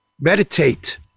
meditate